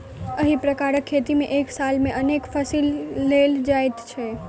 एहि प्रकारक खेती मे एक साल मे अनेक फसिल लेल जाइत छै